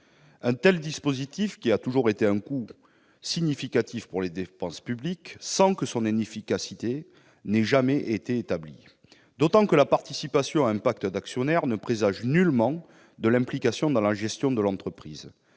: ce dispositif a toujours représenté un coût significatif pour les dépenses publiques sans que son efficacité ait jamais été établie, d'autant que la participation à un pacte d'actionnaires ne présage nullement l'implication dans la gestion de l'entreprise.